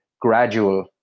gradual